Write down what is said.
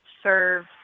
serve